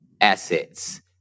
assets